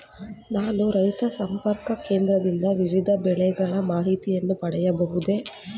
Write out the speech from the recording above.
ನಾನು ರೈತ ಸಂಪರ್ಕ ಕೇಂದ್ರದಿಂದ ವಿವಿಧ ಬೆಳೆಗಳ ಮಾಹಿತಿಯನ್ನು ಪಡೆಯಬಹುದೇ?